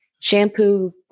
shampoo